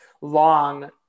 long